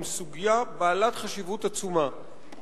עם סוגיה בעלת חשיבות עצומה,